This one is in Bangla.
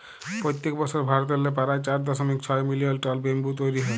পইত্তেক বসর ভারতেল্লে পারায় চার দশমিক ছয় মিলিয়ল টল ব্যাম্বু তৈরি হ্যয়